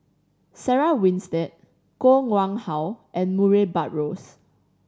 Sarah Winstedt Koh Nguang How and Murray Buttrose